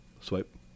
swipe